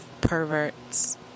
perverts